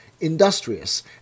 industrious